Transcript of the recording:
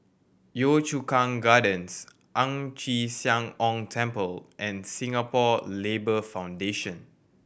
Yio Chu Kang Gardens Ang Chee Sia Ong Temple and Singapore Labour Foundation